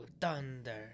Thunder